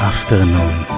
Afternoon